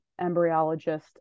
embryologist